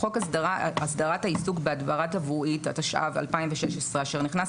"חוק הסדרת העיסוק בהדברה תברואית התשע"ו- 2016 אשר נכנס